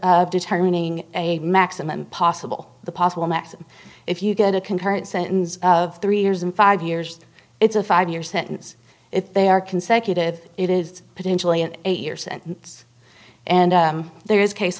of determining a maximum possible the possible maximum if you get a concurrent sentence of three years and five years it's a five year sentence if they are consecutive it is potentially an eight year sentence and there is case